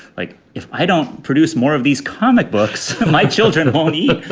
like if i don't produce more of these comic books, my children won't eat.